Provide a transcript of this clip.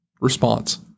response